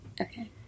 Okay